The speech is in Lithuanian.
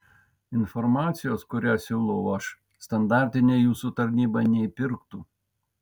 informacijos kurią siūlau aš standartinė jūsų tarnyba neįpirktų